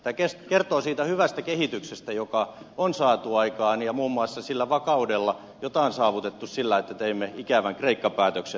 tämä kertoo siitä hyvästä kehityksestä joka on saatu aikaan muun muassa sillä vakaudella jota on saavutettu sillä että teimme ikävän kreikka päätöksen